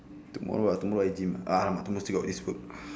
tomorrow tomorrow I gym ah tomorrow still got this work